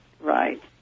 Right